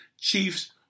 Chiefs